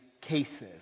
cases